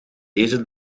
deze